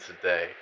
today